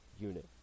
unit